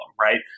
right